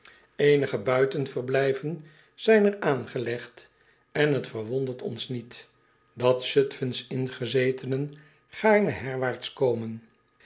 potlood eel buitenverblijven zijn er aangelegd en t verwondert ons niet dat zutfens ingezetenen gaarne herwaarts komen